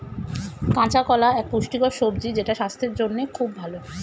কাঁচা কলা এক পুষ্টিকর সবজি যেটা স্বাস্থ্যের জন্যে খুব ভালো